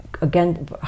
again